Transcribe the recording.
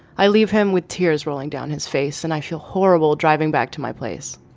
i leave him with tears rolling down his face and i feel horrible driving back to my place.